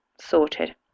sorted